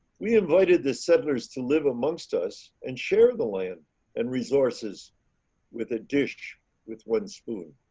we invited the settlers to live amongst us and share the land and resources with a dish with one spoon.